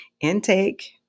intake